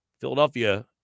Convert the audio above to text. Philadelphia